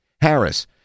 Harris